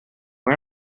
why